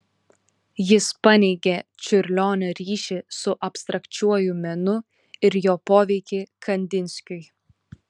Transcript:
jis paneigė čiurlionio ryšį su abstrakčiuoju menu ir jo poveikį kandinskiui